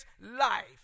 life